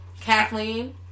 Kathleen